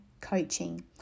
Coaching